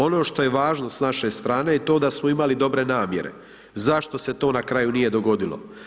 Ono što je važno s naše strane je to da smo imali dobre namjere, zašto se to na kraju nije dogodilo?